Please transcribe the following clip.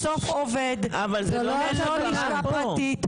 אבל זה לא מה שקרה פה.